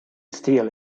steal